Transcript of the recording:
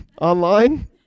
online